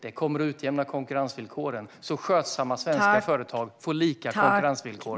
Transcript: Detta kommer att utjämna konkurrensvillkoren så att skötsamma svenska företag får lika konkurrensvillkor.